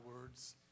words